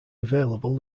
available